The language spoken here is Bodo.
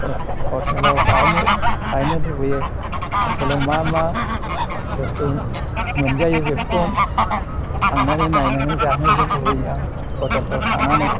हटे ह'टेलाव थाहैनो थाहैनो लुबैयो ह'टेलाव मा मा बस्थु मोनजायो बेफोरखौ थांनानै नायनानै जानोबो लुबैयो आं ह'टेलफ्राव थानानै